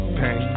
pain